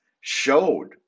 showed